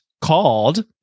called